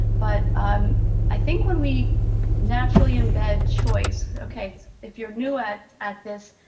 but um i think when we naturally embed choice, okay, if you're new at at this,